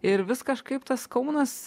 ir vis kažkaip tas kaunas